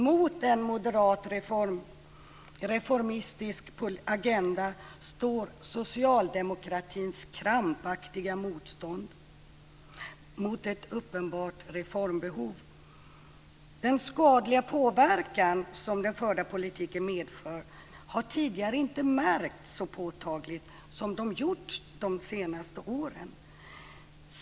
Mot en moderat reformistisk agenda står socialdemokratins krampaktiga motstånd mot ett uppenbart reformbehov. Den skadliga påverkan som den förda politiken medför har tidigare inte märkts så påtagligt som den har gjort de senaste åren.